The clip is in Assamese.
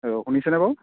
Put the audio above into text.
শুনিছেনে বাৰু